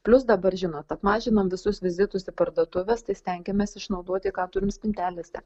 plius dabar žinot apmažinom visus vizitus į parduotuves tai stengiamės išnaudoti ką turim spintelėse